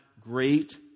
great